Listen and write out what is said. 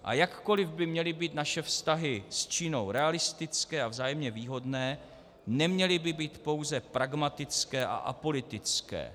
A jakkoli by měly být naše vztahy s Čínou realistické a vzájemně výhodné, neměly by být pouze pragmatické a apolitické.